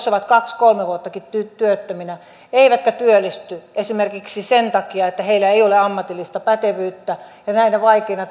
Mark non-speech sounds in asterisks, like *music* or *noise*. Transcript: *unintelligible* ovat kaksi kolme vuottakin työttöminä eivätkä työllisty esimerkiksi sen takia että heillä ei ole ammatillista pätevyyttä ja näinä vaikeina *unintelligible*